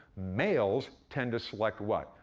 males tend to select what,